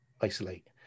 isolate